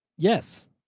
Yes